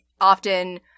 often